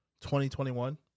2021